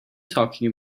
talking